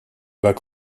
bas